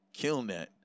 KillNet